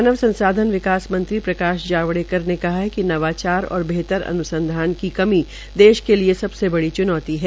मानव संसाधन विकास मंत्री प्रकाश जावड़ेकर ने कहा है कि नवाचार और बेहतर अनुसंधान की कमी देश के लिये सबसे बड़ी चुनौती है